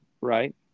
right